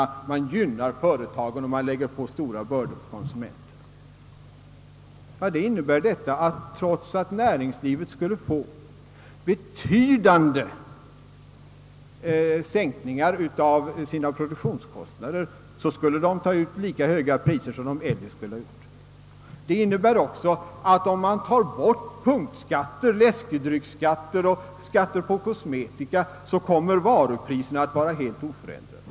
Man skulle gynna företagen och lägga stora bördor på konsumenterna. Detta skulle innebära att näringslivet, trots att det skulle få betydande sänkningar på sina produktionskostnader, ändå skulle ta ut lika höga priser som förut. Om man toge bort punktskatter, läskedrycksskatter och skatter på kosmetika etc. skulle varupriserna komma att vara helt oförändrade.